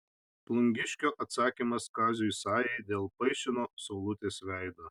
plungiškio atsakymas kaziui sajai dėl paišino saulutės veido